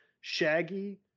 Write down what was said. Shaggy